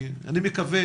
אני מקווה